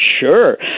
sure